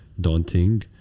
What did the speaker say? daunting